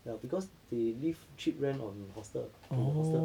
ya because they live cheap rent on the hostel in the hostel